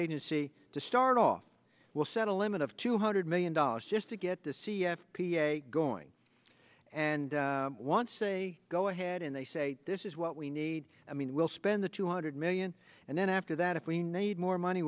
agency to start off will set a limit of two hundred million dollars just to get the c f p going and once they go ahead and they say this is what we need i mean we'll spend the two hundred million and then after that if we need more money